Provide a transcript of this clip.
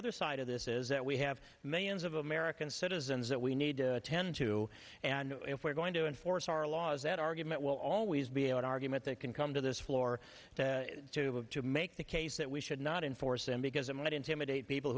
other side of this is that we have millions of american citizens that we need to attend to and if we're going to enforce our laws that argument will always be our argument they can come to this floor to make the case that we should not enforce them because it might intimidate people